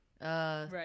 Right